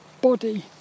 body